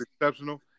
exceptional